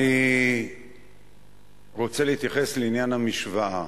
אני רוצה להתייחס לעניין המשוואה.